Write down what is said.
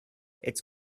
it’s